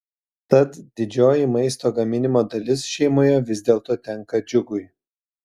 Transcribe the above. tad didžioji maisto gaminimo dalis šeimoje vis dėlto tenka džiugui